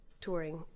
touring